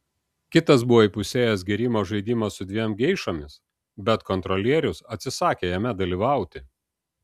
kitas buvo įpusėjęs gėrimo žaidimą su dviem geišomis bet kontrolierius atsisakė jame dalyvauti